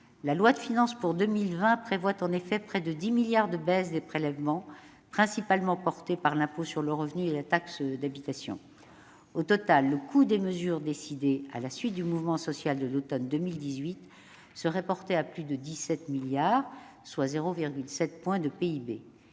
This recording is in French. La loi de finances pour 2020 prévoit en effet près de 10 milliards d'euros de baisse des prélèvements, principalement portés par l'impôt sur le revenu et la taxe d'habitation. Et le crédit ! Au total, le coût des mesures décidées à la suite du mouvement social de l'automne 2018 s'établirait à plus de 17 milliards d'euros, soit 0,7 point de PIB.